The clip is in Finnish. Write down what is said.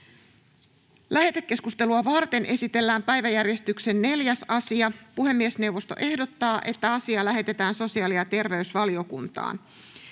Lähetekeskustelua varten esitellään päiväjärjestyksen 4. asia. Puhemiesneuvosto ehdottaa, että asia lähetetään sosiaali- ja terveysvaliokuntaan.